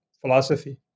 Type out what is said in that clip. philosophy